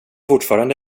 fortfarande